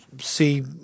see